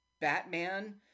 Batman